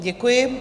Děkuji.